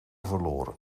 verloren